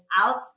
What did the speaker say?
out